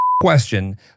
question